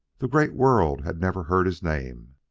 the great world had never heard his name,